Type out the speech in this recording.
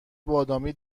بادامی